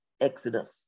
Exodus